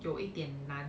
有一点难